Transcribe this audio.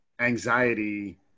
anxiety